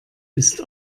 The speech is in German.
ist